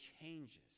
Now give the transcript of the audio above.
changes